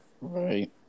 Right